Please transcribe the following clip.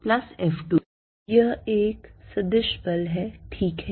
FF1F2 यह एक सदिश बल है ठीक है